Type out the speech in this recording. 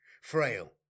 frail